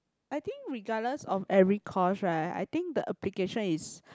I think regardless of every course right I think the application is